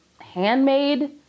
handmade